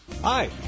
Hi